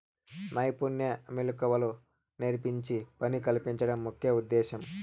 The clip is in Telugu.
నైపుణ్య మెళకువలు నేర్పించి పని కల్పించడం ముఖ్య ఉద్దేశ్యం